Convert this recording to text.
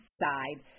side